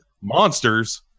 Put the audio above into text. Monsters